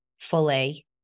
fully